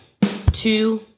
two